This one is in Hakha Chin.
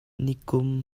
nikum